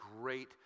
great